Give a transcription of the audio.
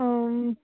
ओ